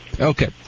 Okay